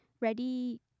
Ready